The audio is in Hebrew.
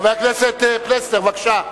חבר הכנסת פלסנר, בבקשה.